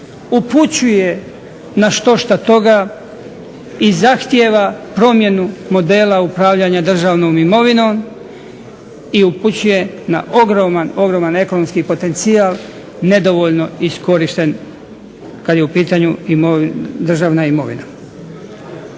upućuje na štošta toga i zahtijeva promjenu modela upravljanja državnom imovinom i upućuje na ogroman, ogroman ekonomski potencijal nedovoljno iskorišten kad je u pitanju državna imovina.